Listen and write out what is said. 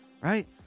right